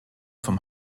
vom